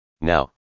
Now